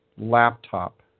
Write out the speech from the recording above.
laptop